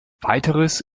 weiters